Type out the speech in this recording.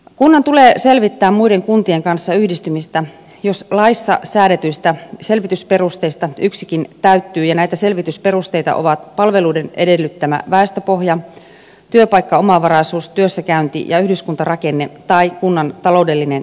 kunnan tulee selvittää muiden kuntien kanssa yhdistymistä jos laissa säädetyistä selvitysperusteista yksikin täyttyy ja näitä selvitysperusteita ovat palveluiden edellyttämä väestöpohja työpaikkaomavaraisuus työssäkäynti ja yhdyskuntarakenne ja kunnan taloudellinen tilanne